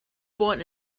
born